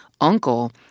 uncle